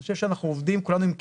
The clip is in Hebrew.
אנחנו עובדים כולנו עם קהילות,